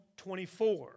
24